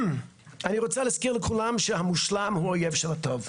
אני רוצה להזכיר לכולם שהמושלם הוא האויב של הטוב,